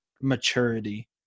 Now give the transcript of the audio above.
maturity